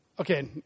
Okay